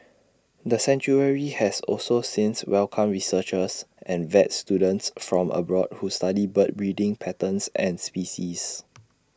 the sanctuary has also since welcomed researchers and vet students from abroad who study bird breeding patterns and species